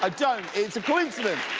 i don't. it's a coincidence.